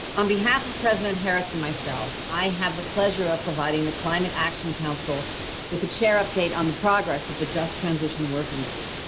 on behalf of president harrison, myself, i have the pleasure of providing the climate action council with a chair update on the progress of the just transition working group.